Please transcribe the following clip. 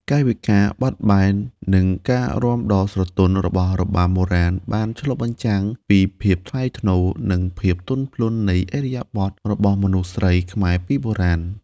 កាយវិការបត់បែន និងការរាំដ៏ស្រទន់របស់របាំបុរាណបានឆ្លុះបញ្ចាំងពីភាពថ្លៃថ្នូរ និងភាពទន់ភ្លន់នៃឥរិយាបថរបស់មនុស្សស្រីខ្មែរពីបុរាណ។